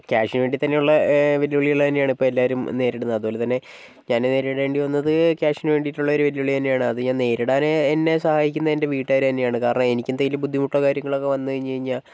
ക്യാഷിന് വേണ്ടി തന്നെയുള്ള വെല്ലുവിളികൾ തന്നെയാണ് ഇപ്പോൾ എല്ലാവരും നേരിടുന്നത് അതുപോലെതന്നെ ഞാൻ നേരിടേണ്ടി വന്നത് ക്യാഷിന് വേണ്ടിയിട്ടുള്ള ഒരു വെല്ലുവിളി തന്നെയാണ് അത് ഞാൻ നേരിടാൻ എന്നെ സഹായിക്കുന്നത് എന്റെ വീട്ടുകാർ തന്നെയാണ് കാരണം എനിക്ക് എന്തെങ്കിലും ബുദ്ധിമുട്ടോ കാര്യങ്ങളോ ഒക്കെ വന്നു കഴിഞ്ഞുകഴിഞ്ഞാൽ